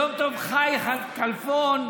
יום טוב חי כלפון,